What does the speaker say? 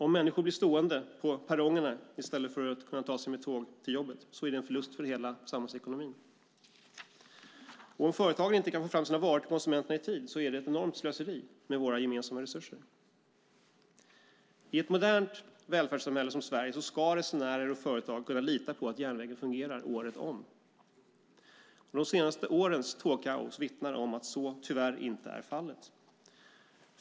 Om människor blir stående på perrongerna i stället för att kunna ta sig med tåg till jobbet är det en förlust för hela samhällsekonomin. Om företagen inte kan få fram sina varor till konsumenterna i tid är det ett enormt slöseri med våra gemensamma resurser. I ett modernt välfärdssamhälle som Sverige ska resenärer och företag kunna lita på att järnvägen fungerar året om. De senaste årens tågkaos vittnar om att så tyvärr är inte fallet.